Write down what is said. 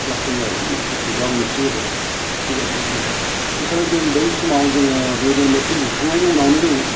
class ten जाबायमोन बे ओइटि ओइटआव आं मेट्रिक होदो मेट्रिक एक्जाम होदों बे समाव जों बै समाव जोङो बेबायदिनो मेट्रिक लिरखांनानि उनावनो जोङो